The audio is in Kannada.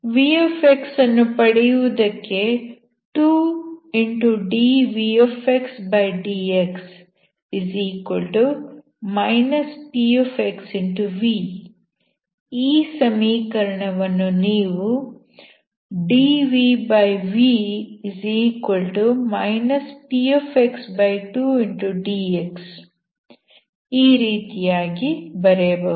v ಅನ್ನು ಪಡೆಯುವುದಕ್ಕೆ 2dvxdx pv ಈ ಸಮೀಕರಣವನ್ನು ನೀವು dvv p2dx ಈ ರೀತಿಯಾಗಿ ಬರೆಯಬಹುದು